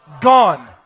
gone